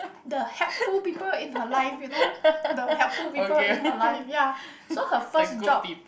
the helpful people in her life you know the helpful people in her life ya so her first job